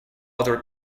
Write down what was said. other